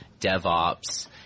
DevOps